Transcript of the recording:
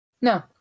No